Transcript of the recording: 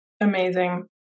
Amazing